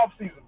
offseason